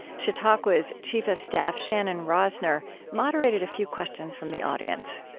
chautauqua's chief of staff shannon rozner moderated a few questions from the audience